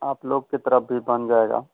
आप लोग की तरफ़ भी बन जाएगा